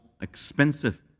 expensive